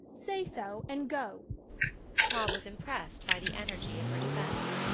say so and go cobb was impressed by the energy of her defence.